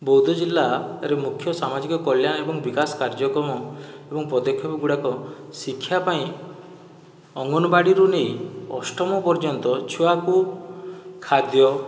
ବୌଦ୍ଧ ଜିଲ୍ଲାରେ ମୁଖ୍ୟ ସାମାଜିକ କଲ୍ୟାଣ ଏବଂ ବିକାଶ କାର୍ଯ୍ୟକ୍ରମ ଏବଂ ପଦେକ୍ଷପ ଗୁଡ଼ାକ ଶିକ୍ଷା ପାଇଁ ଅଙ୍ଗନବାଡ଼ିରୁ ନେଇ ଅଷ୍ଟମ ପର୍ଯ୍ୟନ୍ତ ଛୁଆକୁ ଖାଦ୍ୟ